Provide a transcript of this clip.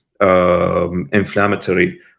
inflammatory